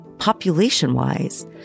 Population-wise